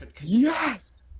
Yes